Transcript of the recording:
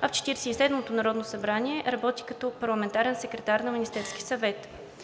а в Четиридесет и седмото народно събрание работи като парламентарен секретар на Министерския съвет.